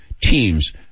teams